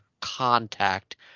contact